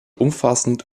umfassend